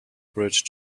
bridge